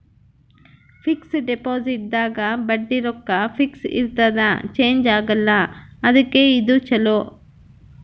fix deposit ದಾಗ ಬಡ್ಡಿ ರೊಕ್ಕ ಫಿಕ್ಸ್ ಇರ್ತದ ಚೇಂಜ್ ಆಗಲ್ಲ ಅದುಕ್ಕ ಇದು ಚೊಲೊ